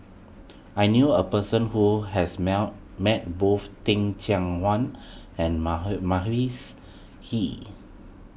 I knew a person who has mell met both Teh Cheang Wan and Hee